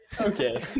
Okay